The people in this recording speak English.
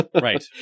Right